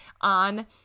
on